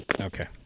Okay